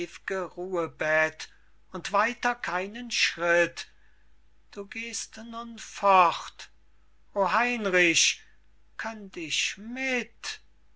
ruhebett und weiter keinen schritt du gehst nun fort o heinrich könnt ich mit